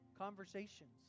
Conversations